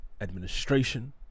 administration